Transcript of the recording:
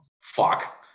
Fuck